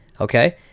Okay